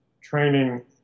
training